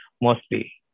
mostly